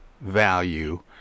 value